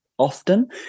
Often